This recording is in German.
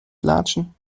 latschen